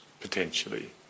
potentially